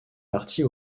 partie